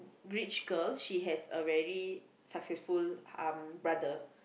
rich girl she has a very successful um brother